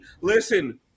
Listen